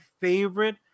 favorite